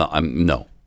No